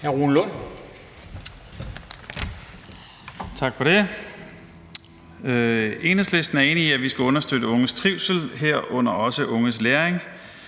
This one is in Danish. Rune Lund (EL): Enhedslisten er enig i, at vi skal understøtte unges trivsel, herunder også unges læring.